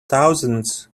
thousands